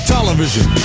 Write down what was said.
Television